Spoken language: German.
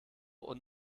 und